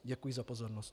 Děkuji za pozornost.